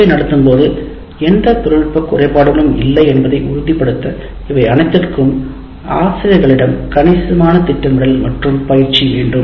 வகுப்பை நடத்தும்போது எந்த தொழில்நுட்ப குறைபாடுகளும் இல்லை என்பதை உறுதிப்படுத்த இவை அனைத்திற்கும் ஆசிரியர்களிடம் கணிசமான திட்டமிடல் மற்றும் பயிற்சி வேண்டும்